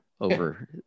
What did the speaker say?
over